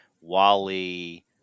Wally